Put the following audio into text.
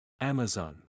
Amazon